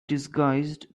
disguised